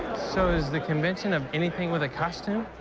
so is the convention of anything with a costume?